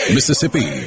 Mississippi